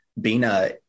Bina